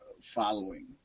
following